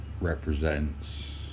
represents